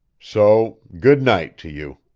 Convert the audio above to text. so good night, to you.